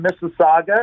Mississauga